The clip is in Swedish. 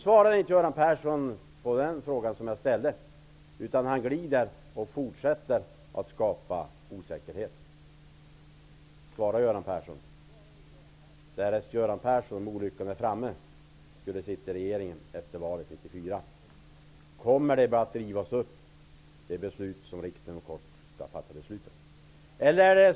Göran Persson svarade inte på den fråga jag ställde. Han glider i väg och fortsätter att skapa osäkerhet. Svara, Göran Persson! Kommer det beslut som riksdagen inom kort skall fatta beslut om att rivas upp därest Göran Persson, om olyckan är framme, skulle sitta i regeringen efter valet 1994?